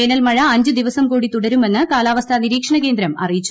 വേനൽമഴ അഞ്ച് ദിവസം കൂടി തുടരുമെന്ന് കാലാവസ്ഥാ നിരീക്ഷണ കേന്ദ്രം അറിയിച്ചു